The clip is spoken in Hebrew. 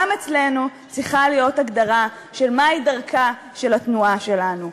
גם אצלנו צריכה להיות הגדרה של דרכה של התנועה שלנו,